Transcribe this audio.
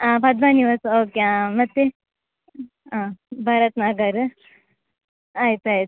ಹಾಂ ಪದ್ಮ ನಿವಾಸ ಓಕೆ ಮತ್ತು ಭರತ್ ನಗರ ಆಯ್ತಾಯ್ತು